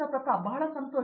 ಪ್ರತಾಪ್ ಹರಿದಾಸ್ ಬಹಳ ಸಂತೋಷ